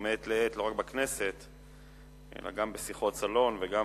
מעת לעת לא רק בכנסת אלא גם בשיחות סלון וגם